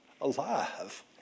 alive